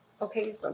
Okay